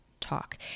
talk